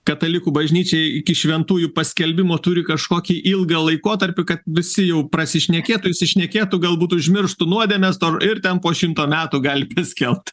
katalikų bažnyčia iki šventųjų paskelbimo turi kažkokį ilgą laikotarpį kad visi jau pasišnekėtų išsišnekėtų galbūt užmirštų nuodėmes ir ten po šimto metų gali paskelbt